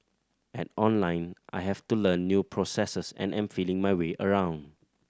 at Online I have to learn new processes and am feeling my way around